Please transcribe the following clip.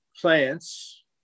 plants